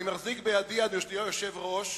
אני מחזיק בידי, אדוני היושב-ראש,